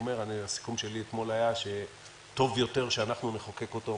הסיכום שלי אתמול היה שטוב יותר שאנחנו נחוקק אותו,